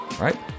right